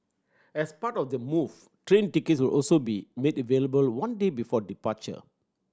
as part of the move train tickets will also be made available one day before departure